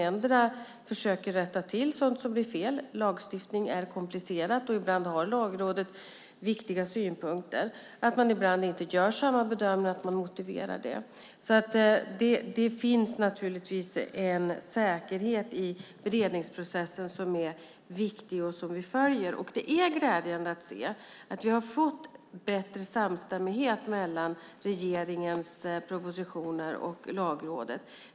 Endera försöker man rätta till sådant som blir fel - lagstiftning är komplicerat, och ibland har Lagrådet viktiga synpunkter - och ibland gör man inte samma bedömning men motiverar det. Det finns alltså naturligtvis en säkerhet i beredningsprocessen som är viktig och som vi följer. Det är också glädjande att se att vi har fått bättre samstämmighet mellan regeringens propositioner och Lagrådet.